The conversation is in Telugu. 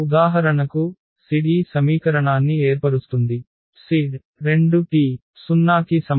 ఉదాహరణకు z ఈ సమీకరణాన్ని ఏర్పరుస్తుంది z 2t 0 కి సమానం